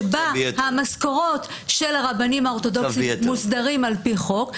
שבה המשכורות של הרבנים האורתודוקסים מוסדרים על פי חוק,